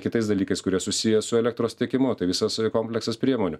kitais dalykais kurie susiję su elektros tiekimu tai visas kompleksas priemonių